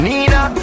Nina